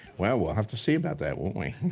well, we'll have to see about that, won't we?